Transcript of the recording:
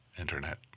Internet